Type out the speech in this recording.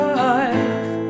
life